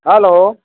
hello